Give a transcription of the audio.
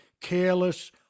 careless